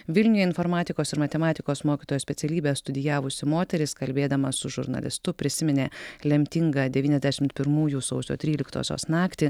vilniuje informatikos ir matematikos mokytojo specialybę studijavusi moteris kalbėdama su žurnalistu prisiminė lemtingą devyniasdešimt pirmųjų sausio tryliktosios naktį